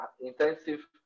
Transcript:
intensive